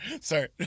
Sorry